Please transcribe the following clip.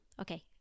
Okay